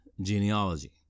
genealogy